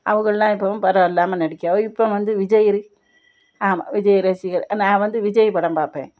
அவுகெள்லாம் இப்போவும் பரவா இல்லாமா நடிக்க இப்போ வந்து விஜய் ஆமா விஜய் ரசிகர் நான் வந்து விஜய் படம் பார்ப்பேன்